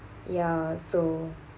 ya so